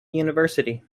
university